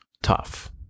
Tough